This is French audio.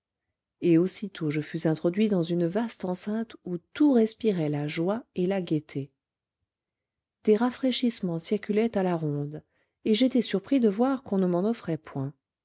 et aussitôt je fus introduit dans une vaste enceinte où tout respirait la joie et la gaîté des rafraichissemens circulaient à la ronde et j'étais surpris de voir qu'on ne m'en offrait point